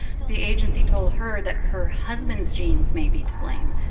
the agency told her that her husband's genes may be to blame.